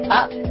up